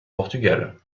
portugal